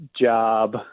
job